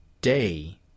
day